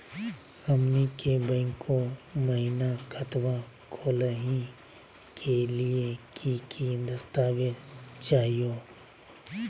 हमनी के बैंको महिना खतवा खोलही के लिए कि कि दस्तावेज चाहीयो?